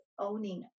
owning